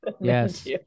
Yes